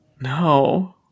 no